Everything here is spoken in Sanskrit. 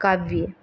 काव्ये